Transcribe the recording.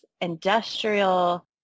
industrial